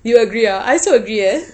you agree ah I also agree eh